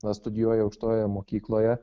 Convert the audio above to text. na studijuoji aukštojoje mokykloje